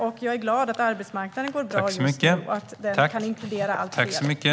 Jag är också glad att arbetsmarknaden går bra just nu och kan inkludera allt fler.